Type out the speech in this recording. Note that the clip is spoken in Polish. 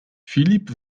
filip